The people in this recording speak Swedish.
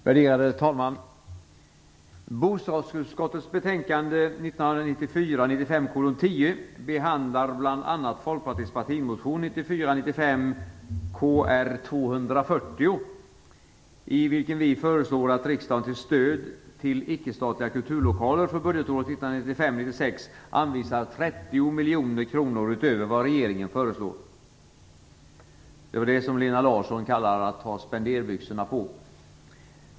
1995/96 anvisar 30 miljoner kronor utöver vad regeringen föreslår. Det är det som Lena Larsson kallar att ha spenderbyxorna på.